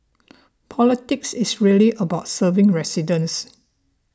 politics is really about serving residents